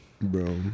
Bro